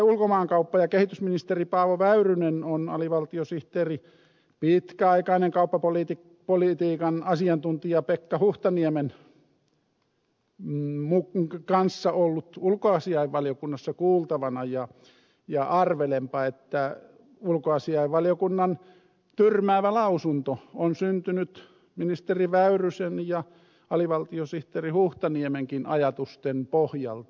ulkomaankauppa ja kehitysministeri paavo väyrynen on alivaltiosihteerin pitkäaikaisen kauppapolitiikan asiantuntijan pekka huhtaniemen kanssa ollut ulkoasiainvaliokunnassa kuultavana ja arvelenpa että ulkoasiainvaliokunnan tyrmäävä lausunto on syntynyt ministeri väyrysen ja alivaltiosihteeri huhtaniemenkin ajatusten pohjalta